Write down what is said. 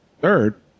third